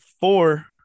Four